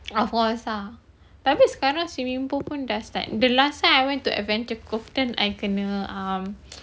tapi sekarang swimming pool pun dah start the last time I went to adventure cove kan I kena um